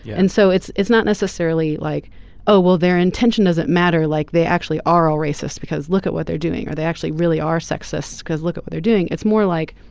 and so it's it's not necessarily like oh well their intention doesn't matter like they actually are all racist because look at what they're doing are they actually really are sexist because look what they're doing. it's more like